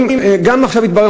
עכשיו גם התברר,